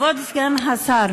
כבוד סגן השר,